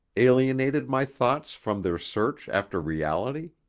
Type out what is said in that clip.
alienated my thoughts from their search after reality?